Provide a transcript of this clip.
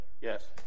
Yes